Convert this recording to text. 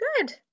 Good